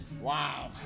Wow